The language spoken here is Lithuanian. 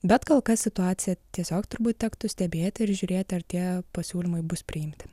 bet kol kas situacija tiesiog turbūt tektų stebėti ir žiūrėti ar tie pasiūlymai bus priimti